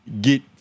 get